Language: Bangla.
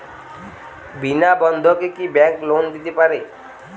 বিনা বন্ধকে কি ব্যাঙ্ক লোন দিতে পারে?